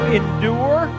endure